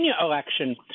election